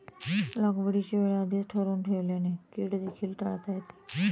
लागवडीची वेळ आधीच ठरवून ठेवल्याने कीड देखील टाळता येते